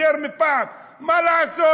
יותר מפעם: מה לעשות?